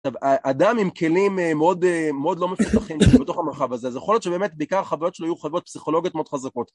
אדם עם כלים מאוד, מאוד לא מפותחים בתוך המרחב הזה, אז יכול להיות שבאמת בעיקר החוויות שלו יהיו חוויות פסיכולוגיות מאוד חזקות